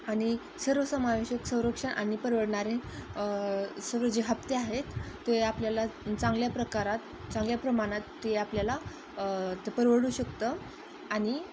आणि सर्वसमावेशक संरक्षण आणि परवडणारे सर्व जे हप्ते आहेत ते आपल्याला चांगल्या प्रकारात चांगल्या प्रमाणात ते आपल्याला तर परवडू शकतं आणि